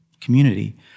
community